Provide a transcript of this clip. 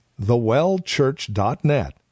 thewellchurch.net